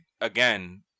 Again